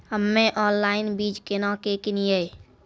हम्मे ऑनलाइन बीज केना के किनयैय?